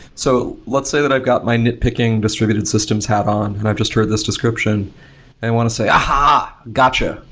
so let's say that i've got my nitpicking distributed systems have on and i've just heard this description and i want to say, aha! got you.